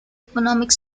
economic